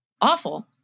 Awful